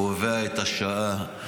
קובע את השעה,